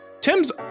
Tim's